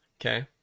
Okay